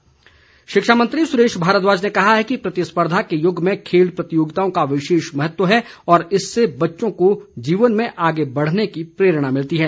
भारद्वाज शिक्षा मंत्री सुरेश भारद्वाज ने कहा है कि प्रतिस्पर्धा के युग में खेल प्रतियोगिताओं का विशेष महत्व है और इससे बच्चों को जीवन में आगे बढ़ने की प्रेरणा मिलती है